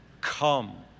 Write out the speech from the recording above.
come